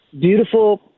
beautiful